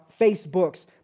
Facebooks